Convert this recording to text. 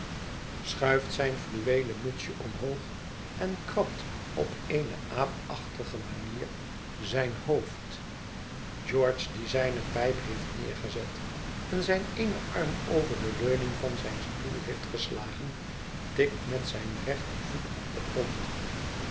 schuift zijn fluweelen mutsje omhoog en krabt op eene aapachtige manier zijn hoofd george die zijne pijp heeft neergezet en zijn eenen arm over de leuning van zijn stoel heeft geslagen tikt met zijn rechtervoet op den grond